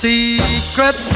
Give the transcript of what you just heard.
Secret